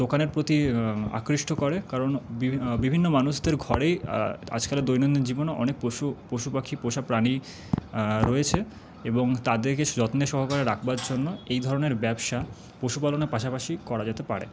দোকানের প্রতি আকৃষ্ট করে কারণ বিভিন্ন মানুষদের ঘরে আজকালের দৈনন্দিন জীবনে অনেক পশু পশু পাখি পোষা প্রাণী রয়েছে এবং তাদেরকে যত্ন সহকারে রাখবার জন্য এই ধরণের ব্যবসা পশুপালনের পাশাপাশি করা যেতে পারে